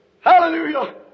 Hallelujah